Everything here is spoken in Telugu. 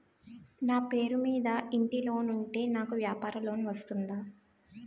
నా పేరు మీద ఇంటి లోన్ ఉంటే నాకు వ్యాపార లోన్ వస్తుందా?